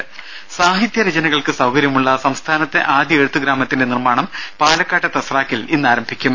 രുടെ സാഹിത്യ രചനകൾക്ക് സൌകര്യമുള്ള സംസ്ഥാനത്തെ ആദ്യ എഴുത്തു ഗ്രാമത്തിന്റെ നിർമാണം പാലക്കാട്ടെ തസ്രാക്കിൽ ഇന്ന് ആരംഭിക്കും